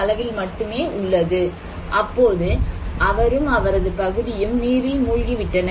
அப்போது அவரும் அவரது பகுதியும்நீரில் மூழ்கி விட்டனர்